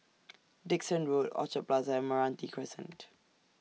Dickson Road Orchard Plaza and Meranti Crescent